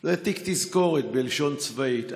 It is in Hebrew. זה "תיק תזכורת" בלשון צבאית.